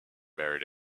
buried